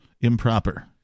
improper